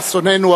לאסוננו,